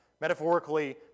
metaphorically